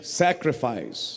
sacrifice